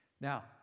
Now